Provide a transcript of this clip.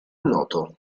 noto